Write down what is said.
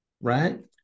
right